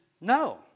no